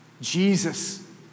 Jesus